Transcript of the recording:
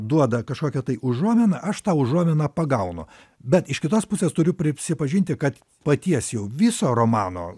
duoda kažkokią tai užuominą aš tą užuominą pagaunu bet iš kitos pusės turiu prisipažinti kad paties jau viso romano